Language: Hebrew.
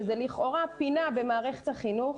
שזה לכאורה פינה במערכת החינוך,